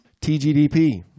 TGDP